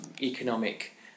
economic